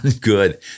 good